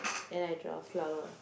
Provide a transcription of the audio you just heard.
and I draw a flower